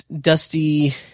Dusty